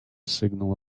signal